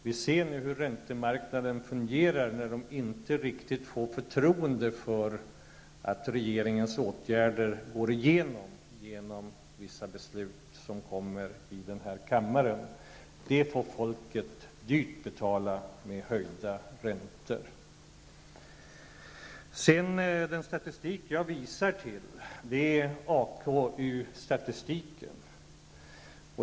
Vi ser nu hur räntemarknaden fungerar när den inte riktigt har förtroende för att regeringens föreslagna åtgärder skall gå igenom och få stöd i beslut som fattas i den här kammaren. Detta får folket dyrt betala genom höjda räntor. Den statistik jag hänvisar till är AKU-statistiken.